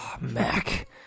Mac